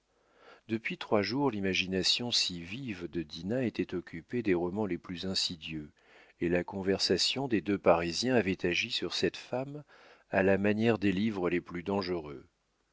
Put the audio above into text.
depuis trois jours l'imagination si vive de dinah était occupée des romans les plus insidieux et la conversation des deux parisiens avait agi sur cette femme à la manière des livres les plus dangereux